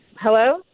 Hello